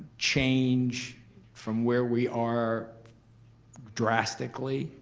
change from where we are drastically,